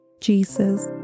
Jesus